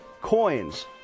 coins